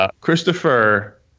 Christopher